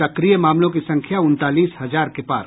सक्रिय मामलों की संख्या उनतालीस हजार के पार